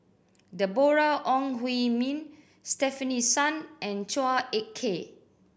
Deborah Ong Hui Min Stefanie Sun and Chua Ek Kay